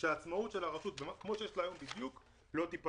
אמרנו שהעצמאות של הרשות כמו שבדיוק יש לה היום לא תיפגע.